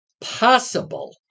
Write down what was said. Possible